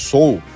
Soul